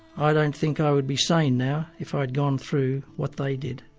i don't think i would be sane now if i'd gone through what they did.